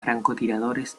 francotiradores